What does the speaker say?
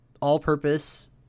all-purpose